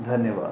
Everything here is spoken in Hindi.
धन्यवाद